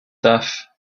duff